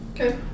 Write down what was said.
Okay